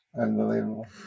Unbelievable